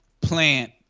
Plant